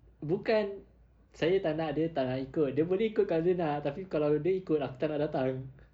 bukan saya tak nak dia tak nak ikut dia boleh ikut kalau dia nak tapi kalau dia ikut aku tak nak datang